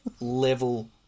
level